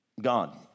God